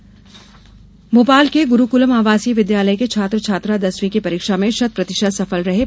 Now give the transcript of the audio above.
गुरूकुल विद्यालय भोपाल के गुरूकुलम आवासीय विद्यालय के छात्र छात्रा दसवीं की परीक्षा में शत प्रतिशत सफल रहे हैं